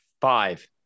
Five